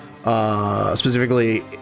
Specifically